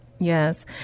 Yes